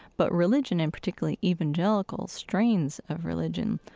but religion, in particular evangelical strains of religion,